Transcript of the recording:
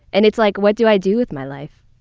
and it's like, what do i do with my life?